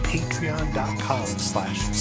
Patreon.com/slash